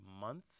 month